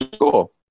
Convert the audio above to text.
cool